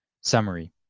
Summary